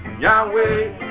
Yahweh